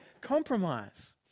compromise